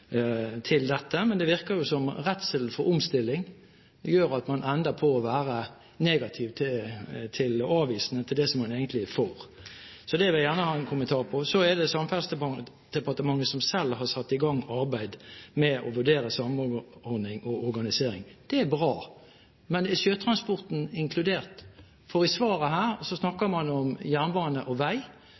til dette, men det virker som om redselen for omstilling gjør at man ender med å være negativ og avvisende til det man egentlig er for. Det vil jeg gjerne ha en kommentar til. Det er Samferdselsdepartement som selv har satt i gang arbeidet med å vurdere samordning og organisering. Det er bra. Men er sjøtransporten inkludert? I svaret her snakker man om jernbane og vei,